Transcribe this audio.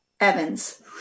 Evans